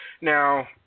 Now